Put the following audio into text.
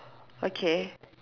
okay